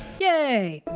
yay!